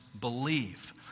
believe